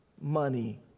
Money